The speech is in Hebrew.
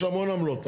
יש המון עמלות.